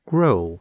Grow